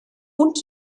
und